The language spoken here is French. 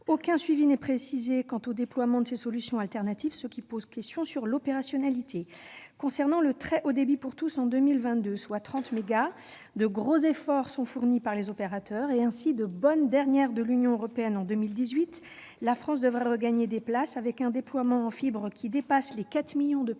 Aucun suivi n'est précisé quant au déploiement de ces solutions alternatives. Ce qui pose question sur l'opérationnalité ! Concernant le très haut débit pour tous en 2022, soit 30 mégabits par seconde, de gros efforts sont fournis par les opérateurs. Ainsi, de bonne dernière de l'Union européenne en 2018, la France devrait regagner des places avec un déploiement, en fibre, qui dépasse les quatre millions de prises